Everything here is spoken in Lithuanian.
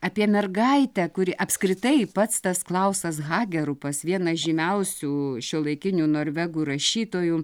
apie mergaitę kuri apskritai pats tas klausas hagerupas vienas žymiausių šiuolaikinių norvegų rašytojų